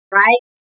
right